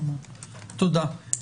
תודה.